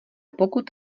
pokud